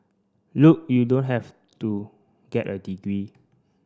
look you don't have to get a degree